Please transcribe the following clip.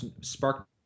spark